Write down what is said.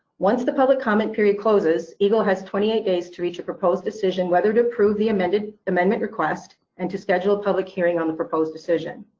once the public comment period closes, egle has twenty eight days to reach a proposed decision whether to approve the amendment amendment request and to schedule a public hearing on the proposed decision.